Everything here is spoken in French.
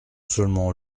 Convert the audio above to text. seulement